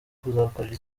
kuzakorera